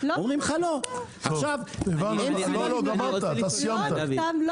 אומרים לך לא -- לא נכתב שום מכתב.